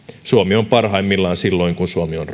suomi on parhaimmillaan silloin kun suomi on